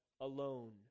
alone